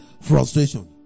Frustration